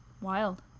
Wild